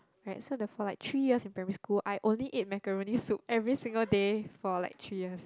right so the for like three years in primary school I only ate macaroni soup every single day for like three years